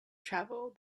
travel